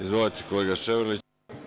Izvolite, kolega Ševarliću.